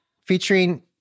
featuring